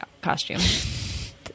costume